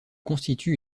constitue